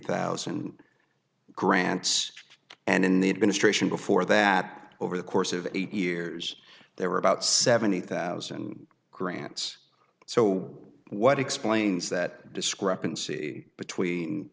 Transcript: thousand grants and in the administration before that over the course of eight years there were about seventy thousand grants so what explains that discrepancy